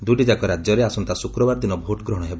ଦୁଇଟିଯାକ ରାଜ୍ୟରେ ଆସନ୍ତା ଶୁକ୍ରବାର ଦିନ ଭୋଟ୍ଗ୍ରହଣ ହେବ